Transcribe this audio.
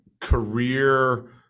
career